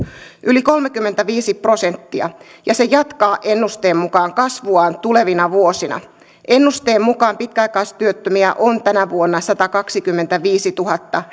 yli kolmekymmentäviisi prosenttia ja se jatkaa ennusteen mukaan kasvuaan tulevina vuosina ennusteen mukaan pitkäaikaistyöttömiä on tänä vuonna satakaksikymmentäviisituhatta